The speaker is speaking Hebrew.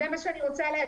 זה מה שאני רוצה לומר.